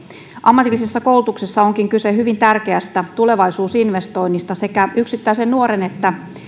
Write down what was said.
ammatillisessa koulutuksessa onkin kyse hyvin tärkeästä tulevaisuusinvestoinnista sekä yksittäisen nuoren että